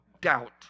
doubt